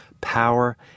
power